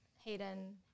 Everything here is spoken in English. Hayden